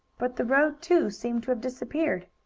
but the road, too, seemed to have disappeared.